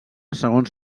segons